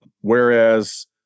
Whereas